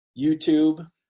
YouTube